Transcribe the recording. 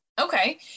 Okay